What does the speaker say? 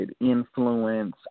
influence